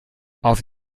auf